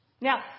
Now